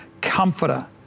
comforter